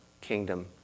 kingdom